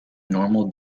normal